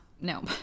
no